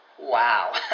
Wow